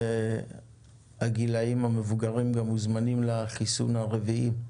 והגילאים המבוגרים מוזמנים גם לחיסון הרביעי.